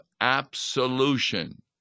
absolution